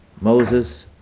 Moses